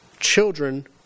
Children